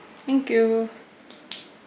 thank you